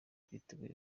twiteguye